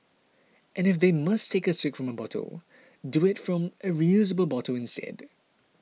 and if they must take a swig from a bottle do it from a reusable bottle instead